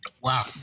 Wow